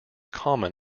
common